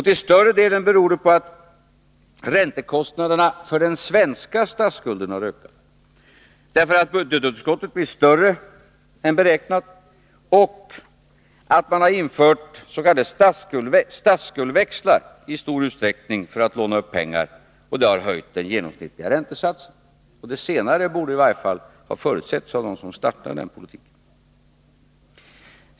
Till större delen beror det på att räntekostnaderna för den svenska statsskulden har ökat, därför att budgetunderskottet blir större än beräknat och därför att man har infört s.k. statsskuldväxlar i stor utsträckning för att låna upp pengar, vilket har höjt den genomsnittliga räntesatsen. Det senare borde i varje fall ha förutsetts av dem som startade den politiken.